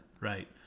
right